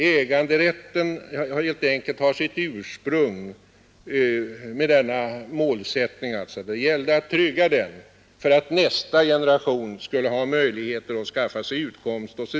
Äganderätten har helt enkelt sitt ursprung i denna målsättning; det gällde att trygga den för att nästa generation i sin tur skulle ha möjligheter att skaffa sig utkomst.